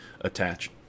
attach